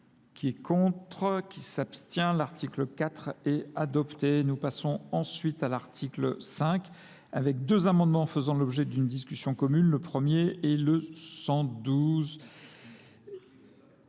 qui est contre, qui s'abstient. L'article 4 est adopté. Nous passons ensuite à l'article 5, avec deux amendements faisant l'objet d'une discussion commune. Le premier est le 112.